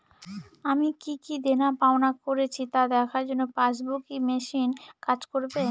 আমি কি কি দেনাপাওনা করেছি তা দেখার জন্য পাসবুক ই মেশিন কাজ করবে?